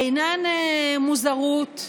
אינן מוזרות,